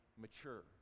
mature